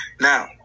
Now